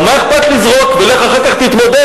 אבל מה אכפת לזרוק, ולך אחר כך תתמודד.